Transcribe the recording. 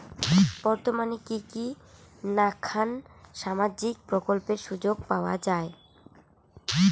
বর্তমানে কি কি নাখান সামাজিক প্রকল্পের সুযোগ পাওয়া যায়?